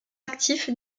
actif